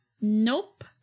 nope